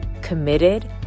committed